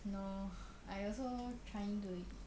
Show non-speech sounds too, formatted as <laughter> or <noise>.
no <breath> I also trying to